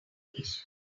publication